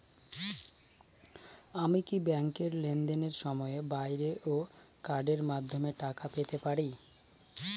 আমি কি ব্যাংকের লেনদেনের সময়ের বাইরেও কার্ডের মাধ্যমে টাকা পেতে পারি?